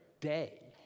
day